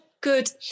good